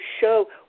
show